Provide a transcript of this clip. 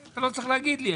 אתה לא צריך להגיד לי.